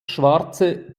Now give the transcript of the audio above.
schwarze